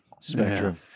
spectrum